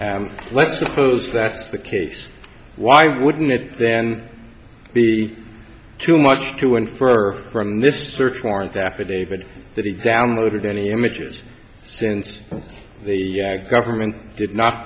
image let's suppose that's the case why wouldn't it then be too much to infer from this search warrant affidavit that he downloaded any images since the government did not